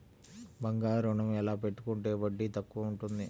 బంగారు ఋణం ఎలా పెట్టుకుంటే వడ్డీ తక్కువ ఉంటుంది?